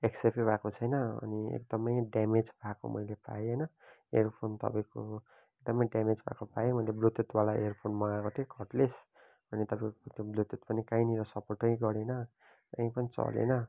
एक्सेप्टै भएको छैन अनि एकदमै डेमेज खालको मैले पाएँ होइन एयरफोन तपाईँको एकदमै डेमेज खालको पाएँ मैले ब्लुतुथवाला एयरफोन मगाएको थिएँ कोर्डलेस अनि तपाईँको ब्लुतुथ पनि काहीँनिर सपोर्टै गरेन कही पनि चलेन